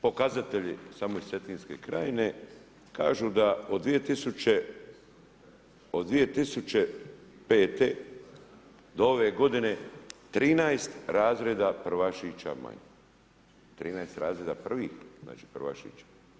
Pokazatelji same Cetinske krajine kažu da od 2005. do ove godine 13 razreda prvašića manje, 13 razreda prvih, znači prvašića.